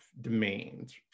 domains